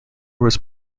was